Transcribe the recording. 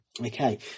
okay